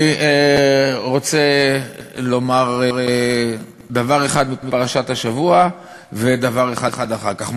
אני רוצה לומר דבר אחד מפרשת השבוע ודבר אחד אחר כך.